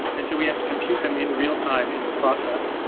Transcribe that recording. and so we have to compute them in real-time in the process.